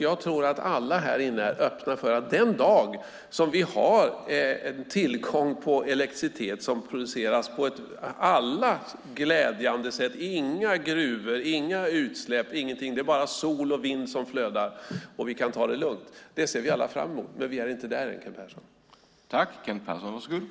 Jag tror att alla här inne ser fram emot den dag vi har tillgång till elektricitet som produceras på ett på alla vis glädjande sätt - inga gruvor, inga utsläpp, ingenting förutom sol och vind som flödar, och vi kan ta det lugnt - men vi är inte där än, Kent Persson.